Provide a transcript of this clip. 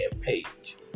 page